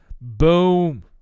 Boom